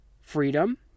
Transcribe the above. Freedom